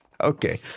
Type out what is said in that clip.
Okay